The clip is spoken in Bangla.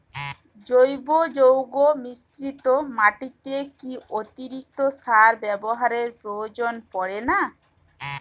জৈব যৌগ মিশ্রিত মাটিতে কি অতিরিক্ত সার ব্যবহারের প্রয়োজন পড়ে না?